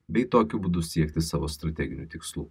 bei tokiu būdu siekti savo strateginių tikslų